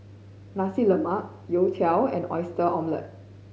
Nasi Lemak youtiao and Oyster Omelette